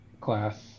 class